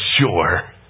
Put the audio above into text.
sure